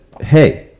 hey